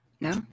No